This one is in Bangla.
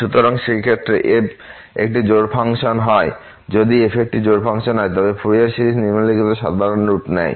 সুতরাং সেই ক্ষেত্রে যদি f একটি জোড় ফাংশন হয় তবে ফুরিয়ার সিরিজ নিম্নলিখিত সাধারণ রূপ নেয়